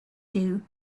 two